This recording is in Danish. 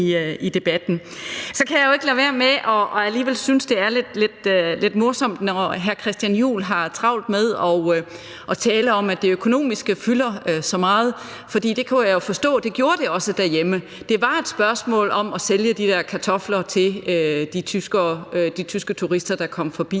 Så kan jeg jo ikke lade være med alligevel at synes, at det er lidt morsomt, når hr. Christian Juhl har travlt med at tale om, at det økonomiske fylder så meget. For det kan jeg jo forstå at det også gjorde derhjemme. Det var et spørgsmål om at sælge de der kartofler til de tyske turister, der kom forbi.